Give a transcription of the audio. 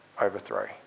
overthrow